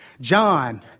John